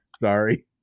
Sorry